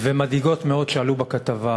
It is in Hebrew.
ומדאיגות מאוד שעלו בכתבה: